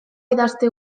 idazte